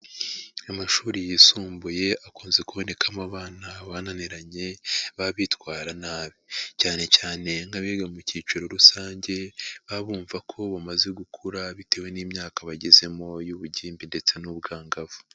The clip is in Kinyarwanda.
Amashuri yisumbuye akunze kubonekamo abana bananiranye baba bitwara nabi. Cyane cyane nk'abiga mu cyiciro rusange, baba bumva ko bamaze gukura bitewe n'imyaka bagezemo y'ubugimbi ndetse n'ubwangavu.